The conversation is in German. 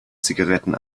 zigaretten